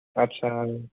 आथसा